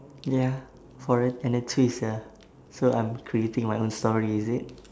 ya for a and a twist ya so I'm creating my own story is it